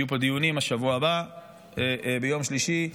יהיו פה דיונים בשבוע הבא ביום שלישי,